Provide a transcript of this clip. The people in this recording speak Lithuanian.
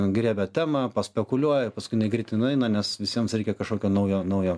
griebia temą paspekuliuoja paskui jinai greitai nueina nes visiems reikia kažkokio naujo naujo